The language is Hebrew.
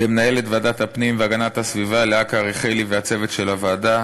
למנהלת ועדת הפנים והגנת הסביבה לאה קריכלי ולצוות של הוועדה,